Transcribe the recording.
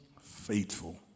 faithful